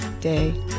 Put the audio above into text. day